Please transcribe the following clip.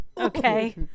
Okay